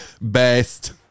Best